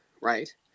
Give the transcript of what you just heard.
Right